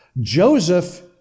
Joseph